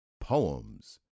poems